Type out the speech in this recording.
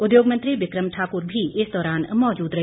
उद्योग मंत्री बिक्रम ठाकुर भी इस दौरान मौजूद रहे